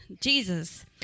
Jesus